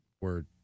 word